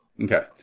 Okay